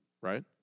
right